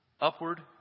Upward